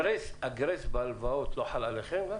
הגרייס בהלוואות לא חל עליכם?